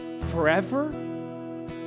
forever